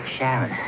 Sharon